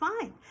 fine